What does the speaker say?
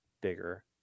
bigger